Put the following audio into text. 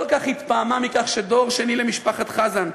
כל כך התפעמה מכך שדור שני למשפחת חזן,